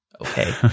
Okay